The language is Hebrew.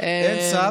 הייתה ישיבה עם